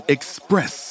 Express